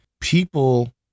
people